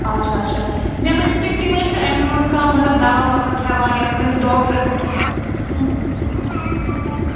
اَچھا اَچھا مےٚ ؤنِو تُہۍ تُہۍ ما ٲسِو اَمہِ برٛونٛٹھ کانٛہہ مطلب دوا ووا کھٮ۪وان یا کٲنٛسہِ ڈاکٹرس